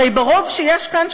הרי ברוב שיש כאן,